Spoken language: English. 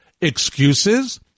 Excuses